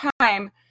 time